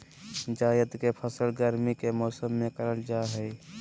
जायद के फसल गर्मी के मौसम में करल जा हइ